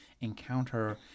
encounter